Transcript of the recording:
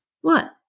What